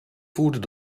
voerden